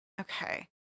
Okay